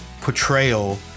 portrayal